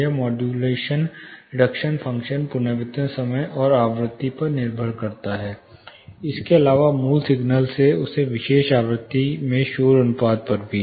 यह modulation reduction function पुनर्वितरण समय और आवृत्ति पर निर्भर करता है इसके अलावा मूल सिग्नल से उस विशेष आवृत्ति में शोर अनुपात पर भी